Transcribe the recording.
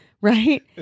right